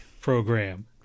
program